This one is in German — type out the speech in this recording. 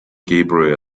gabriel